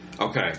Okay